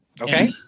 okay